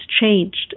changed